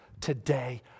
today